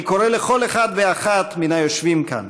אני קורא לכל אחד ואחת מהיושבים כאן